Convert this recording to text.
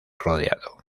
rodeado